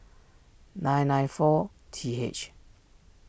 nine nine four T H